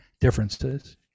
differences